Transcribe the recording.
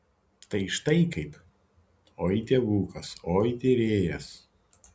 tai štai kaip oi tėvukas oi tyrėjas